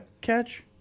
catch